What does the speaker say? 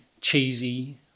cheesy